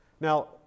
Now